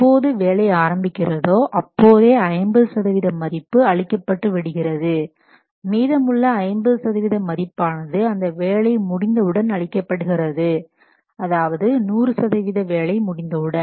எப்போது வேலை ஆரம்பிக்கிறதோ அப்போதே 50 சதவீத மதிப்பு அளிக்கப்பட்டு விடுகிறது மீதமுள்ள 50 சதவீத மதிப்பானது அந்த வேலை முடிந்தவுடன் அளிக்கப்படுகிறது அதாவது 100 சதவீத வேலை முடிந்தவுடன்